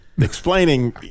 Explaining